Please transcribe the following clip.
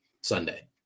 Sunday